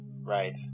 right